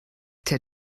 der